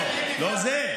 לא, לא, לא זה.